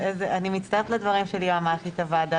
אני מצטרפת לדברים של היועצת המשפטית של הוועדה.